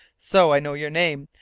so! i know your name,